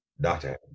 Doctor